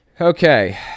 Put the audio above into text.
Okay